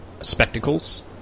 spectacles